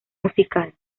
musical